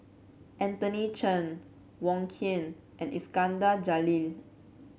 Anthony Chen Wong Keen and Iskandar Jalil